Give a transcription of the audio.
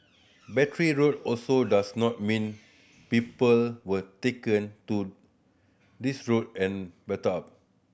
Battery Road also does not mean people were taken to this road and battered up